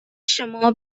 شما